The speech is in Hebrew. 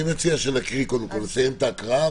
אני מציע שקודם נסיים את ההקראה,